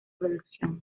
producción